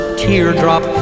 teardrop